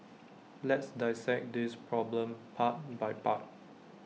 let's dissect this problem part by part